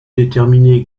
déterminer